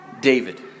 David